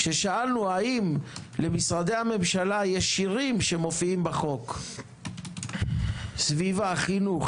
כששאלנו האם למשרדי הממשלה יש שיירים שמופיעים בחוק סביב החינוך,